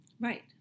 Right